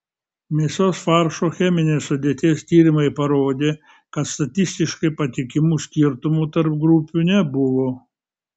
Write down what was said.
mėsos faršo cheminės sudėties tyrimai parodė kad statistiškai patikimų skirtumų tarp grupių nebuvo